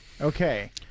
okay